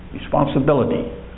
responsibility